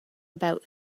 about